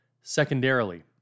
Secondarily